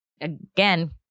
again